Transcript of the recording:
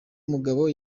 mugabo